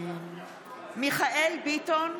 בשמות חברי הכנסת) מיכאל מרדכי ביטון,